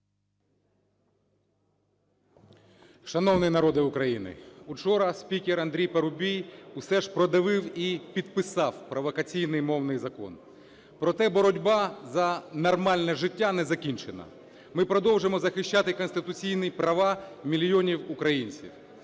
Шановний народе України! Вчора спікер Андрій Парубій все ж продавив і підписав провокаційний мовний закон. Проте боротьба за нормальне життя не закінчена. Ми продовжуємо захищати конституційні права мільйонів українців,